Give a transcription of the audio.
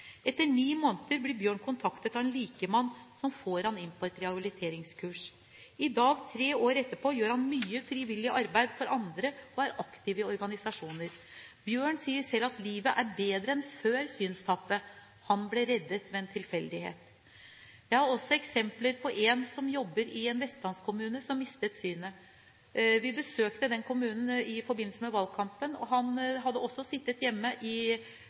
Etter ni måneder blir Bjørn kontaktet av en likemann som får ham inn på et rehabiliteringskurs. I dag, tre år etterpå, gjør han mye frivillig arbeid for andre og er aktiv i organisasjoner. Bjørn sier selv at livet er bedre enn før synstapet. Han ble reddet ved en tilfeldighet. Et annet eksempel er en som jobber i en vestlandskommune, som mistet synet. Vi besøkte den kommunen i forbindelse med valgkampen. Han hadde også sittet hjemme i